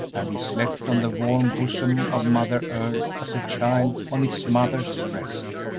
and he slept on the warm bosom of mother earth as a child on its mother's breast.